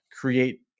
create